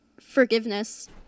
forgiveness